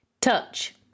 Touch